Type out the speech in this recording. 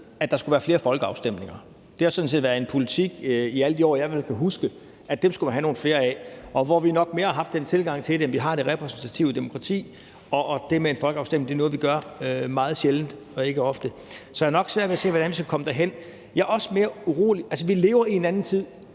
at der skulle være flere folkeafstemninger. Det har sådan set været en politik i alle de år, jeg i hvert fald kan huske, at dem skulle man have nogle flere af, hvor vi nok mere har haft den tilgang til det, at vi har det repræsentative demokrati, og at det med folkeafstemninger er noget, vi gør meget sjældent, ikke ofte. Så jeg har nok svært ved at se, hvordan skal komme derhen. Jeg er også lidt urolig ved det, for vi lever i en anden tid.